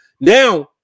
now